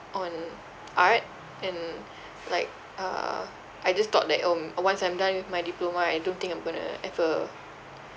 on art and like uh I just thought that um orh once I'm done with my diploma I don't think I'm going to ever